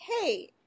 hey